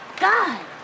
God